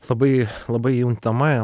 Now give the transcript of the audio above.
labai labai juntama